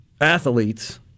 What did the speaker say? athletes